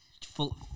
full